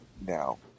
now